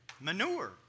Manure